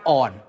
on